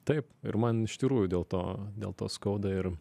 taip ir man iš tirųjų dėl to dėl to skauda ir